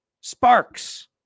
sparks